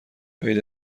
عید